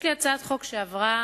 יש הצעת חוק שלי שעברה,